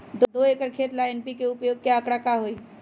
दो एकर खेत ला एन.पी.के उपयोग के का आंकड़ा होई?